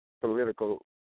political